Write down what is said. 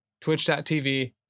twitch.tv